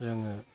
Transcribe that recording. जोङो